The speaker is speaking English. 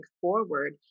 forward